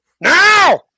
now